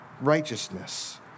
righteousness